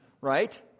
Right